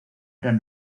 gran